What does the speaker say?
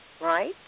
right